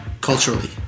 culturally